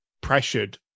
pressured